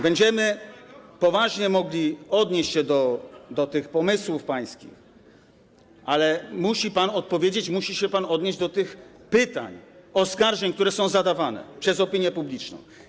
Będziemy poważnie mogli odnieść się do tych pańskich pomysłów, ale musi pan odpowiedzieć, musi się pan odnieść do tych pytań, oskarżeń, które są zadawane przez opinię publiczną.